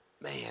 man